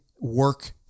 work